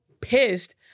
pissed